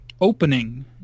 opening